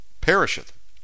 perisheth